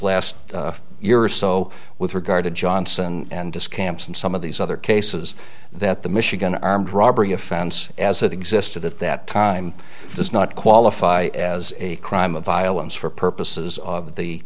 last year or so with regard to johnson and to scamps and some of these other cases that the michigan armed robbery offense as it existed at that time does not qualify as a crime of violence for purposes of the